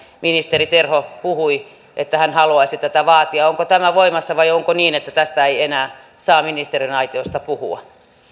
ministeri terho puhui että hän haluaisi tätä vaatia onko tämä voimassa vai onko niin että tästä ei enää saa ministeriaitiosta puhua